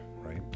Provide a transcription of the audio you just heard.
right